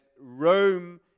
Rome